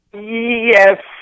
Yes